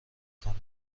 کند